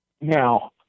Now